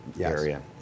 area